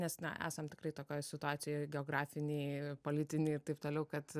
nes na esam tikrai tokioj situacijoj geografinėj politinėj ir taip toliau kad